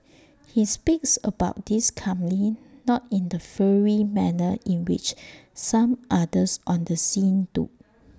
he speaks about this calmly not in the fiery manner in which some others on the scene do